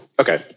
Okay